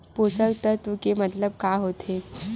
पोषक तत्व के मतलब का होथे?